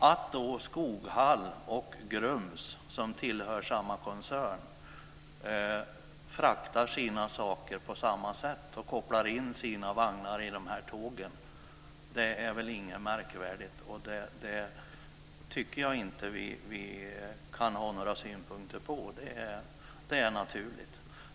Att Skoghall och Grums, som tillhör samma koncern, fraktar sitt gods på samma sätt och kopplar in sina vagnar på dessa tåg är väl inget märkvärdigt. Det kan vi inte ha några synpunkter på. Det är naturligt.